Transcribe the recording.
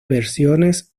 versiones